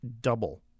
double